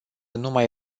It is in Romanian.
numai